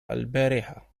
البارحة